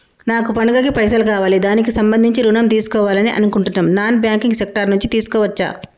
నాకు పండగ కి పైసలు కావాలి దానికి సంబంధించి ఋణం తీసుకోవాలని అనుకుంటున్నం నాన్ బ్యాంకింగ్ సెక్టార్ నుంచి తీసుకోవచ్చా?